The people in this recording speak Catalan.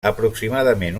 aproximadament